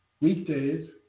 Weekdays